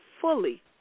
fully